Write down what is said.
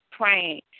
praying